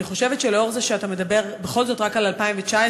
אני חושבת שלאור זה שאתה מדבר בכל זאת רק על 2019,